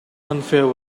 unfair